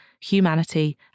humanity